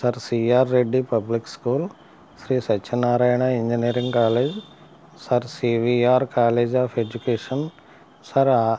sir CR Reddy public school Shri Satya Narayana engineering college sir CVR college of education sir